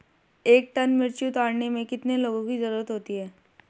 एक टन मिर्ची उतारने में कितने लोगों की ज़रुरत होती है?